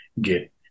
get